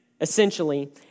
essentially